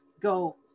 go